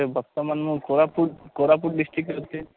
ବର୍ତ୍ତମାନ ମୁଁ କୋରାପୁଟ କୋରାପୁଟ ଡିଷ୍ଟ୍ରିକ୍ରେ ଅଛି